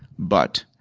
but.